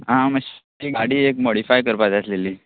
आ माश्शी गाडी एक मॉडिफाय करपा जाय आसलेली